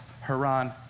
Haran